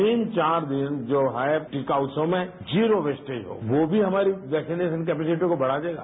इन चार दिन जो है टीका उत्सव में जीरो वेस्टेज हो वो भी हमारी वैक्सीनेशन कैपेसिटी को बढा देगा